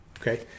Okay